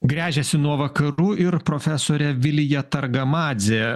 gręžiasi nuo vakarų ir profesorė vilija targamadzė